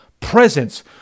presence